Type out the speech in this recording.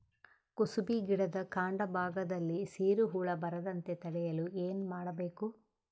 ಕುಸುಬಿ ಗಿಡದ ಕಾಂಡ ಭಾಗದಲ್ಲಿ ಸೀರು ಹುಳು ಬರದಂತೆ ತಡೆಯಲು ಏನ್ ಮಾಡಬೇಕು?